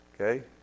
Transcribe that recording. okay